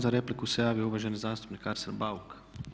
Za repliku se javio uvaženi zastupnik Arsen Bauk.